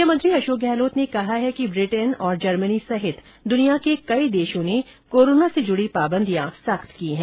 मुख्यमंत्री अशोक गहलोत ने कहा है कि ब्रिटेन और जर्मनी सहित दुनिया के कई देशों ने कोरोना से जुड़ी पाबंदियां सख्त की हैं